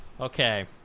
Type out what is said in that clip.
Okay